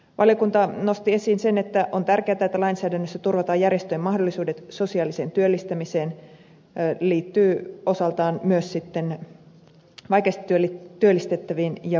valiokunta nosti esiin sen että on tärkeätä että lainsäädännössä turvataan järjestöjen mahdollisuudet sosiaaliseen työllistämiseen liittyy osaltaan myös vaikeasti työllistettäviin ja vammaisiin